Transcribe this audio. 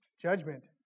Judgment